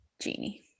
genie